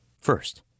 First